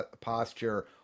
posture